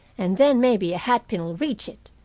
and then maybe a hat pin'll reach it.